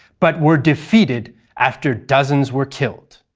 but were defeated after dozens were killed.